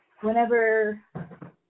whenever